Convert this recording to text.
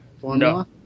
formula